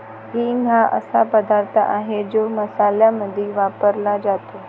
हिंग हा असा पदार्थ आहे जो मसाल्यांमध्ये वापरला जातो